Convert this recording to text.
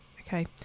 okay